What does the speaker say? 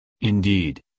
Indeed